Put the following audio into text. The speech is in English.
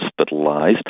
hospitalised